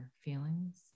feelings